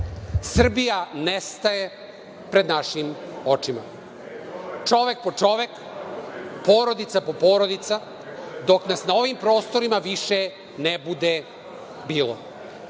tačno. Srbija nestaje pred našim očima. Čovek po čovek, porodica po porodica, dok nas na ovim prostorima više ne bude bilo.